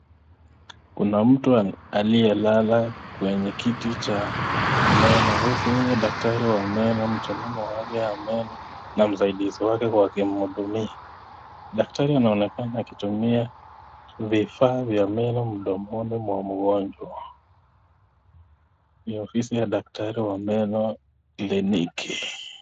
Kuna mtu aliyelala kwenye kiti cha meno huku daktari wa meno mtaalam wa afya wa meno na msaidizi wake wakimhudumia. Daktari ananonekana akitumia vifaa vya meno mdomoni mwa mgonjwa. Ni ofisi ya daktari wa meno kliniki.